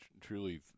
truly